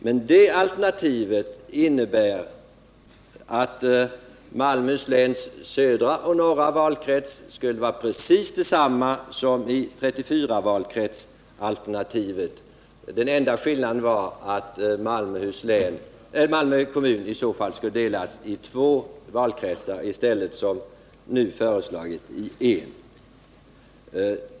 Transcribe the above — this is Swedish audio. Men det alternativet innebär att Malmöhus läns södra och norra valkretsar skulle vara precis desamma som i 34-valkrets-alternativet. Den enda skillnaden var att Malmö kommun i så fall skulle delas i två valkretsar i stället för att som nu föreslagits utgöra en valkrets.